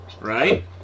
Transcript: Right